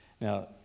Now